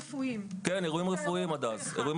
אין שם ולו אירוע רפואי אחד.